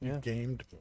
Gamed